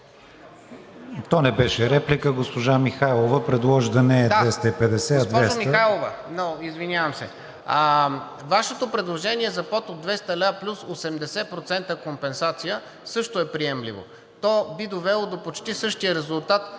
То не беше реплика. Госпожа Михайлова предложи да не е 250, а 200. ДЕЛЯН ДОБРЕВ: Да, госпожо Михайлова, извинявам се. Вашето предложение за под от 200 лв. плюс 80% компенсация също е приемливо. То би довело до почти същия резултат